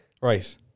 Right